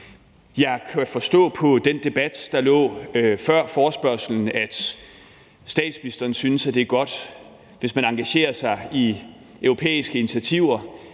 Jeg kan forstå på den debat, der lå før forespørgselsdebatten, at statsministeren synes, at det er godt, hvis man engagerer sig i europæiske initiativer.